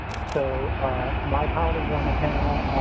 so my colleagues on the panel.